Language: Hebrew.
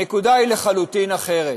הנקודה היא לחלוטין אחרת: